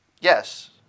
Yes